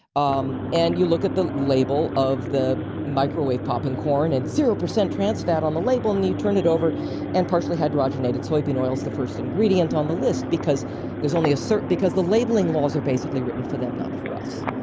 um and you look at the label of the microwave popping corn and zero percent transfat on the label and you turn it over and partially hydrogenated soy bean oil is the first ingredient on the list, because there's only a certain. because the labeling laws are basically written for them not for us.